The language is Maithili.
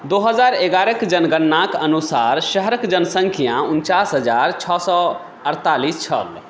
दू हजार एगारहक जनगणनाक अनुसार शहरक जनसंख्या उनचास हजार छओ सए अड़तालीस छल